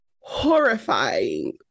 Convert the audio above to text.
Horrifying